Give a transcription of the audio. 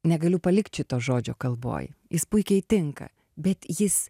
negaliu palikt šito žodžio kalboj jis puikiai tinka bet jis